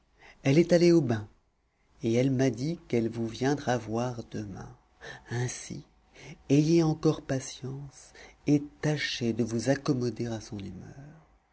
elle est allée au bain et elle m'a dit qu'elle vous viendra voir demain ainsi ayez encore patience et tâchez de vous accommoder à son humeur